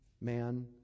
man